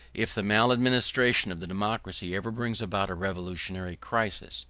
if the maladministration of the democracy ever brings about a revolutionary crisis,